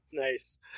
Nice